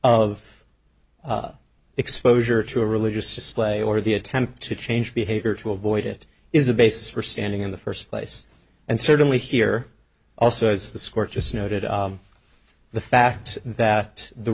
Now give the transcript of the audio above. of exposure to a religious display or the attempt to change behavior to avoid it is a basis for standing in the first place and certainly here also as the score just noted the fact that the